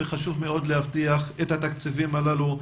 וחשוב מאוד להבטיח את התקציבים הללו.